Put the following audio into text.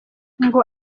ngo